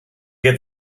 get